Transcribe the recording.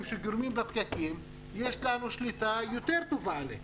שגורמים לפקקים ויש לנו שליטה יותר טובה עליהם.